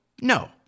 No